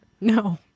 No